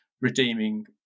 redeeming